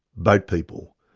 boat people,